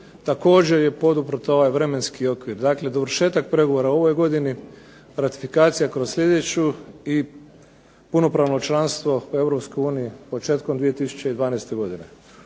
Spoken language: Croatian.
također je poduprt ovaj vremenski okvir. Dakle, dovršetak pregovora u ovoj godini, ratifikacija kroz sljedeću i punopravno članstvo u Europskoj uniji početkom 2012. godine.